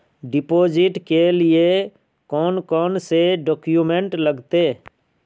Deposit के लिए कौन कौन से डॉक्यूमेंट लगते?